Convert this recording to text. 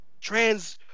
trans